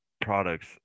products